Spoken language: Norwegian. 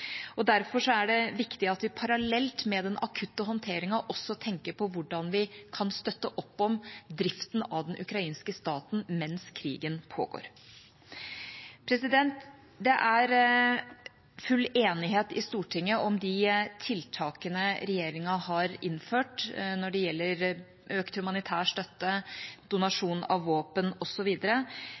Derfor er det viktig at vi parallelt med den akutte håndteringen også tenker på hvordan vi kan støtte opp om driften av den ukrainske staten mens krigen pågår. Det er full enighet i Stortinget om de tiltakene regjeringa har innført når det gjelder økt humanitær støtte, donasjon av våpen